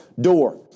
door